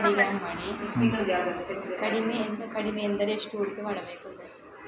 ಕಡಿಮೆ ಎಂದರೆ ಎಷ್ಟು ಹೂಡಿಕೆ ಮಾಡಬೇಕು?